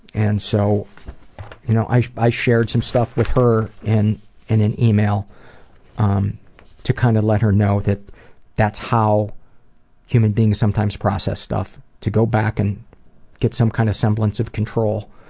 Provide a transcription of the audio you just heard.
and so you know i i shared some stuff with her and in an email um to kind of let her know that that's how human beings sometimes process stuff, to go back and get some kind of semblance of control.